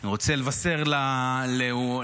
אני רוצה לבשר לאומה,